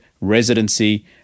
residency